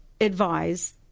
advise